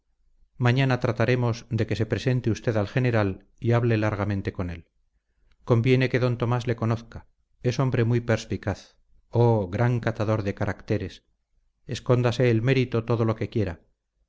mañana trataremos de que se presente usted al general y hable largamente con él conviene que don tomás le conozca es hombre muy perspicaz oh gran catador de caracteres escóndase el mérito todo lo que quiera